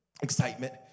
excitement